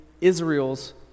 Israel's